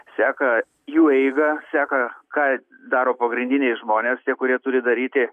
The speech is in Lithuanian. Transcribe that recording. seka jų eigą seka ką daro pagrindiniai žmonės tie kurie turi daryti